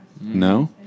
no